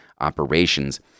operations